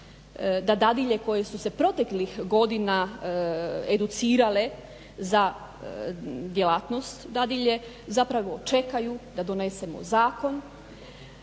da dadilje koje su se proteklih educirale za djelatnost dadilje zapravo čekaju da donesemo zakon